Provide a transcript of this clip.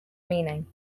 meaning